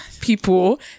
people